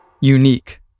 Unique